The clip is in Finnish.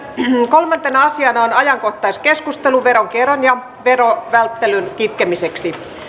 kolmantena asiana on ajankohtaiskeskustelu veronkierron ja verovälttelyn kitkemisestä